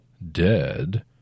Dead